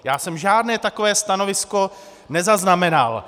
Já jsem žádné takové stanovisko nezaznamenal.